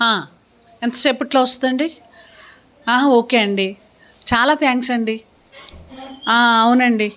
ఎంత సేపట్లో వస్తుంది అండి ఓకే అండి చాలా థ్యాంక్స్ అండి అవునండి